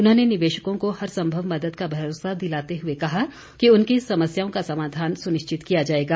उन्होंने निवेशकों को हर संभव मदद का भरोसा दिलाते हुए कहा कि उनकी समस्याओं का समाधान सुनिश्चित किया जाएगा